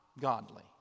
godly